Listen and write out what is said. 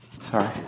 Sorry